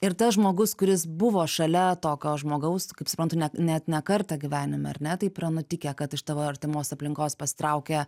ir tas žmogus kuris buvo šalia tokio žmogaus kaip suprantu net net ne kartą gyvenime ar ne taip yra nutikę kad iš tavo artimos aplinkos pasitraukia